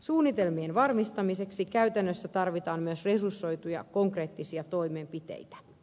suunnitelmien varmistamiseksi käytännössä tarvitaan myös resursoituja konkreettisia toimenpiteitä